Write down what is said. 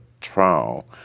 trial